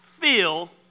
feel